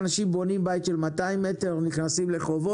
מאזן גנאים (רע"מ, רשימת האיחוד הערבי):